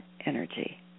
energy